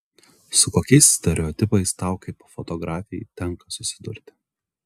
su kokiais stereotipais tau kaip fotografei tenka susidurti